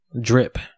Drip